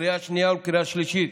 לקריאה שנייה ולקריאה שלישית.